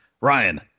Ryan